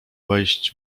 wejść